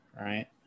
right